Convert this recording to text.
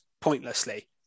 pointlessly